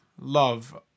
love